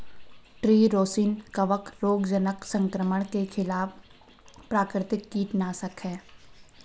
tree rosin कवक रोगजनक संक्रमण के खिलाफ प्राकृतिक कीटनाशक है